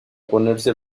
ponerse